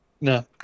No